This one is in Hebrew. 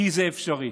כי זה אפשרי.